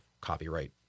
copyright